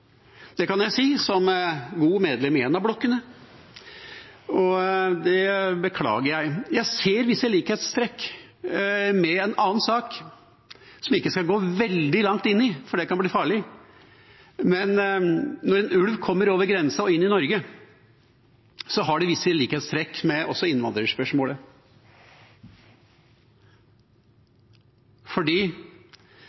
Det kan jeg si, som godt medlem i en av blokkene, og det beklager jeg. Jeg ser visse likhetstrekk med en annen sak, som jeg ikke skal gå veldig langt inn i, for det kan bli farlig. Men når en ulv kommer over grensa og inn i Norge, har det visse likhetstrekk med innvandrerspørsmålet,